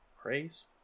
praise